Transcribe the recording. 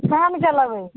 कानके लेबय